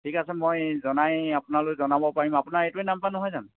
ঠিক আছে মই জনাই আপোনালৈ জনাব পাৰিম আপোনাৰ এইটোৱে নাম্বাৰ নহয় জানো